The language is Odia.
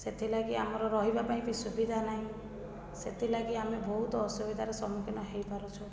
ସେଥିଲାଗି ଆମର ରହିବା ପାଇଁ ବି ସୁବିଧା ନାହିଁ ସେଥିଲାଗି ଆମେ ବହୁତ ଅସୁବିଧାରେ ସମ୍ମୁଖୀନ ହୋଇପାରୁଛୁ